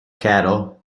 cattle